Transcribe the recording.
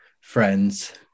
friends